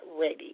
ready